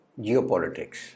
geopolitics